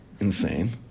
insane